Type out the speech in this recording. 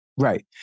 Right